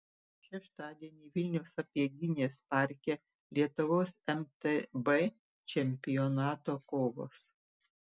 šeštadienį vilniaus sapieginės parke lietuvos mtb čempionato kovos